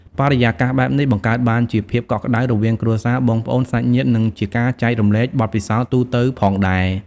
បរិយាកាសបែបនេះ បង្កើតបានជាភាពកក់ក្ដៅរវាងគ្រួសារ បងប្អូន សាច់ញាតិ និងជាការចែករំលែកបទពិសោធន៍ទូទៅផងដែរ ។